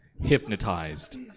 hypnotized